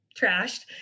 trashed